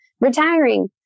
retiring